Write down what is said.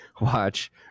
watch